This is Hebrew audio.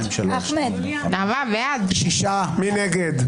מי נגד?